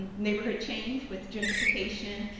neighborhood change, with gentrification,